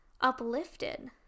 uplifted